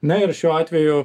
na ir šiuo atveju